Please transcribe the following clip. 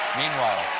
meanwhile.